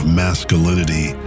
masculinity